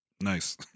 Nice